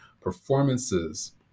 performances